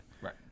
right